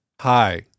Hi